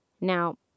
Now